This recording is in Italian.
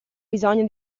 bisogno